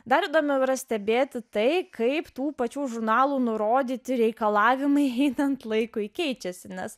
dar įdomiau yra stebėti tai kaip tų pačių žurnalų nurodyti reikalavimai gydant laikui keičiasi nes